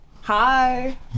Hi